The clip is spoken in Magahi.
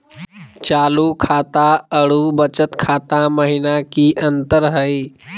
चालू खाता अरू बचत खाता महिना की अंतर हई?